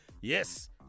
Yes